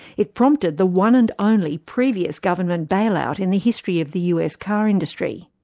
it prompted the one and only previous government bailout in the history of the us car industry.